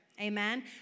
Amen